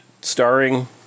starring